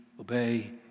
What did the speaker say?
obey